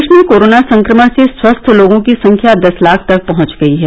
देश में कोरोना संक्रमण से स्वस्थ लोगों की संख्या दस लाख तक पहुंच गई है